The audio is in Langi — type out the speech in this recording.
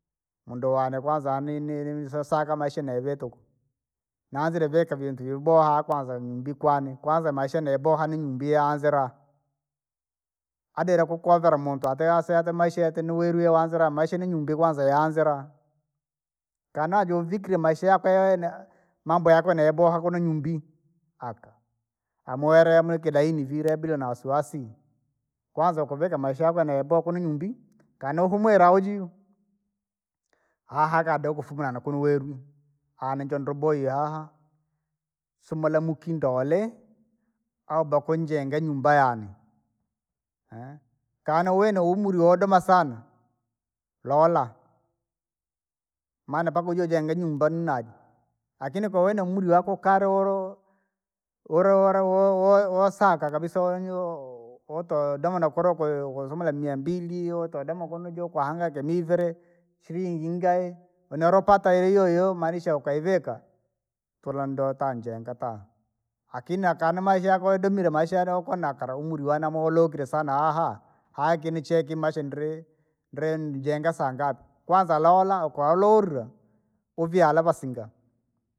Mundu wane kwanza ni- ni- nisesaka maisha neve tuku, nanzire vita vintu vyaboha kwanza mbikwane, kwanza maisha neboa nini mbianzira, adela kukovela muntu ateasea ati maisha yati nuweru yawanzira maisha ninyumbi kwanza yaanzira, kanajovikile maisha yako yayaena, mambo yako neyaboa kunonyumbi, aka amwere mwikida ine viledule nawasiwasi. Kwanza ukavika maisha yako neyeboa kunonyumbi! Kana uhumwire aujio, hahaakade ukufumilana kunu uwerwi, aaha ninjondoboiye haha, somola mukinda ware, au bakwe njenga nyumba yane, kana wena wumuli wadoma sana. Laola, maana mpaka uje ujenge nyumba nnadi, akini kwa wene umri wako ukali wolo, wolo wala wo- wo- wosaka kabisa wenyio wotodoma na kula kuyo kusumula miambili yotodoma kuno jo kwahangaika niiviri, silingi ngae, uneolopata ili iyoiyo maanisha ukaivika, tulondo ntanjenga ta. Akini akanamaisha koyaudumire maisha yanokala umuri wane namaulokile sana aaha haki nicheki maisha ndri, ndri injenga sangapi, kwanza lola ukwaloli uvyala vasinga.